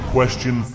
Question